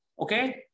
okay